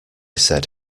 said